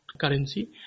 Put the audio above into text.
currency